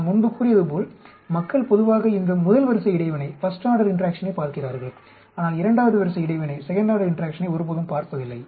நான் முன்பு கூறியது போல் மக்கள் பொதுவாக இந்த முதல் வரிசை இடைவினையைப் பார்க்கிறார்கள் ஆனால் இரண்டாவது வரிசை இடைவினையை ஒருபோதும் பார்ப்பதில்லை